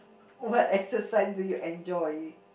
what exercise do you enjoy